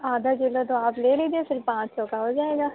آدھا کلو تو آپ لے لیجیے پھر پانچ سو کا ہو جائے گا